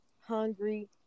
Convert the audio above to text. hungry